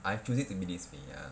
I have choose it to be this way ya